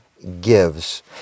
Gives